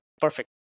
Perfect